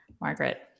Margaret